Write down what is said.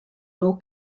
will